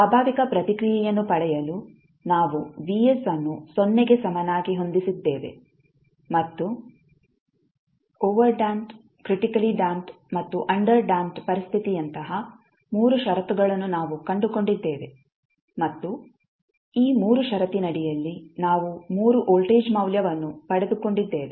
ಸ್ವಾಭಾವಿಕ ಪ್ರತಿಕ್ರಿಯೆಯನ್ನು ಪಡೆಯಲು ನಾವು Vs ಅನ್ನು ಸೊನ್ನೆಗೆ ಸಮನಾಗಿ ಹೊಂದಿಸಿದ್ದೇವೆ ಮತ್ತು ಓವರ್ಡ್ಯಾಂಪ್ಡ್ ಕ್ರಿಟಿಕಲಿ ಡ್ಯಾಂಪ್ಡ್ ಮತ್ತು ಅಂಡರ್ ಡ್ಯಾಂಪ್ಡ್ ಪರಿಸ್ಥಿತಿಯಂತಹ 3 ಷರತ್ತುಗಳನ್ನು ನಾವು ಕಂಡುಕೊಂಡಿದ್ದೇವೆ ಮತ್ತು ಈ 3 ಷರತ್ತಿನಡಿಯಲ್ಲಿ ನಾವು 3 ವೋಲ್ಟೇಜ್ ಮೌಲ್ಯವನ್ನು ಪಡೆದುಕೊಂಡಿದ್ದೇವೆ